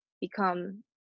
become